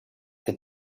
que